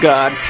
God